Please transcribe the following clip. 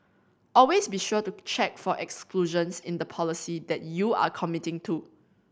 always be sure to check for exclusions in the policy that you are committing to